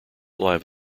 live